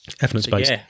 Evidence-based